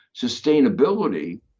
sustainability